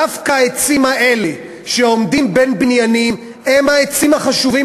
דווקא העצים האלה שעומדים בין בניינים הם העצים החשובים